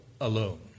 alone